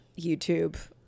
youtube